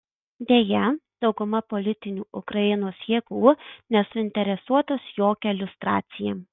deja dauguma politinių ukrainos jėgų nesuinteresuotos jokia liustracija